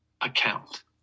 account